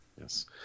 Yes